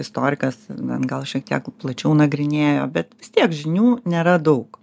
istorikas na gal šiek tiek plačiau nagrinėjo bet vis tiek žinių nėra daug